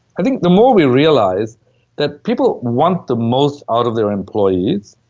i think the more we realize that people want the most out of their employees,